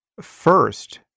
first